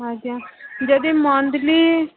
ଆଜ୍ଞା ଯଦି ମନ୍ଥଲି